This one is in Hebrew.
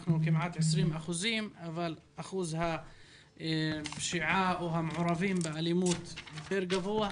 אנחנו כמעט 20 אחוזים אבל אחוז הפשיעה או המעורבים באלימות יותר גבוה.